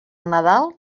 nadal